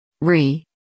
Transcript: Re